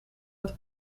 het